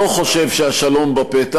אני לא חושב שהשלום בפתח,